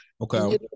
Okay